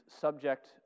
subject